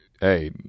Hey